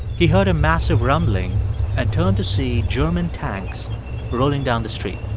he heard a massive rumbling and turned to see german tanks rolling down the street